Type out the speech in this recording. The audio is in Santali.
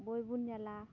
ᱵᱳᱭ ᱵᱚᱱ ᱧᱮᱞᱟ